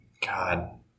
God